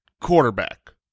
quarterback